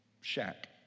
shack